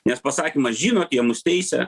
nes pasakymą žinot jie mus teisia